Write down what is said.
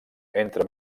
entre